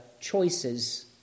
choices